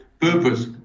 purpose